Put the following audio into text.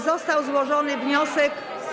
Został złożony wniosek.